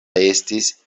estis